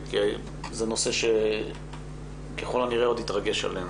זה נושא שככל הנראה עוד יתרגש עלינו.